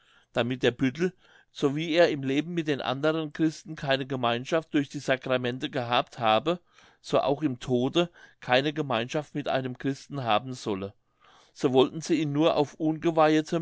damit der büttel so wie er im leben mit den anderen christen keine gemeinschaft durch die sacramente gehabt habe so auch im tode keine gemeinschaft mit einem christen haben solle so wollten sie ihn nur auf